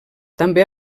també